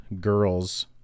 girls